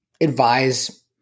advise